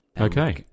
Okay